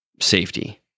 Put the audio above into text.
safety